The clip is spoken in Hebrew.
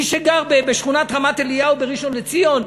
מי שגר בשכונת רמת-אליהו בראשון-לציון,